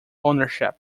ownership